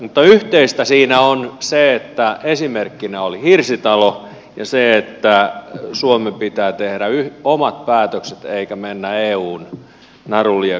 mutta yhteistä siinä on se että esimerkkinä oli hirsitalo ja se että suomen pitää tehdä omat päätökset eikä mennä eun narulieassa